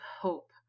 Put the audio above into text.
hope